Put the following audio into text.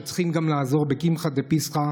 שצריכים גם לעזור בקמחא דפסחא,